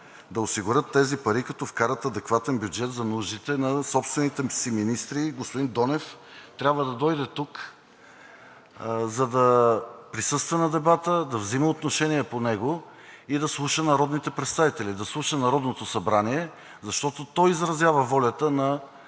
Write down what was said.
да осигурят тези пари, като вкарат адекватен бюджет за нуждите на собствените си министри, и господин Донев трябва да дойде тук, за да присъства на дебата, да взима отношение по него и да слуша народните представители, да слуша Народното събрание. Защото то изразява волята на